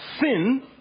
Sin